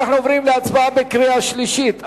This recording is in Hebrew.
אנחנו עוברים להצבעה בקריאה שלישית: